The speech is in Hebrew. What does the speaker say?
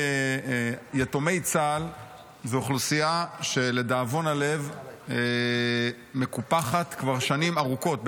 יתומי צה"ל זו אוכלוסייה שלדאבון הלב מקופחת כבר שנים ארוכות,